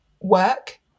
work